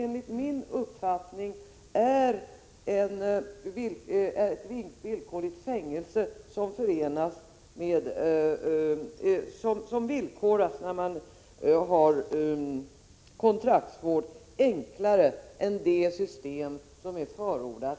Enligt min uppfattning är en fängelsedom, som villkoras när man har kontraktsvård, enklare än det system som förordas